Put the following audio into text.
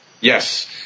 yes